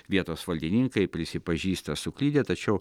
vietos valdininkai prisipažįsta suklydę tačiau